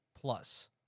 plus